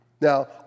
Now